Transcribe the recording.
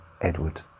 Edward